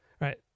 right